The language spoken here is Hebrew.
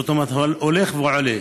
זאת אומרת, זה הולך ועולה.